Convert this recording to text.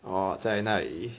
orh 在哪里